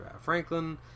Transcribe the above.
Franklin